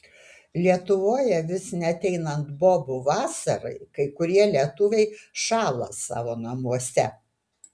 lietuvoje vis neateinat bobų vasarai kai kurie lietuviai šąla savo namuose